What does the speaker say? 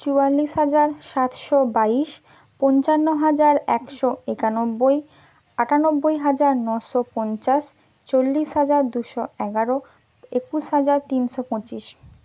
চুয়াল্লিশ হাজার সাতশো বাইশ পঞ্চান্ন হাজার একশো একানব্বই আটানব্বই হাজার নশো পঞ্চাশ চল্লিশ হাজার দুশো এগারো একুশ হাজার তিনশো পঁচিশ